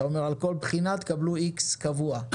אתה אומר על כל בחינה תקבלו איקס קבוע,